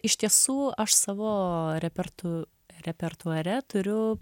iš tiesų aš savo repertu repertuare turiu